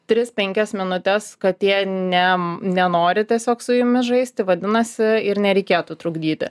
tris penkias minutes katė nem nenori tiesiog su jumis žaisti vadinasi ir nereikėtų trukdyti